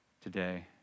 today